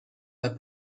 bei